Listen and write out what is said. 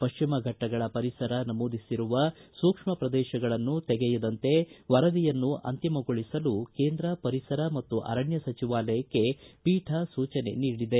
ಪಶ್ಚಿಮ ಫಟ್ಟಗಳ ಪರಿಸರ ನಮೂದಿಸಿರುವ ಸೂಕ್ಷ್ಮ ಪ್ರದೇಶಗಳನ್ನು ತೆಗೆಯದಂತೆ ವರದಿಯನ್ನು ಅಂತಿಮಗೊಳಿಸಲು ಕೇಂದ್ರ ಪರಿಸರ ಮತ್ತು ಅರಣ್ಯ ಸಚಿವಾಲಯಕ್ಕೆ ಪೀಠ ಸೂಚನೆ ನೀಡಿದೆ